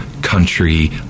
country